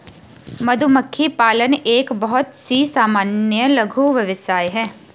मधुमक्खी पालन एक बहुत ही सामान्य लघु व्यवसाय है